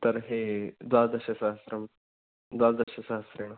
तर्हि द्वादशसहस्रं द्वादशसहस्रेण